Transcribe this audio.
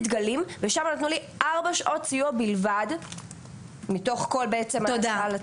דגלים' ושם נתנו לי ארבע שעות סיוע בלבד מתוך כל בעצם הסל עצמו.